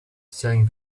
selling